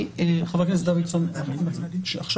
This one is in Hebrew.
אני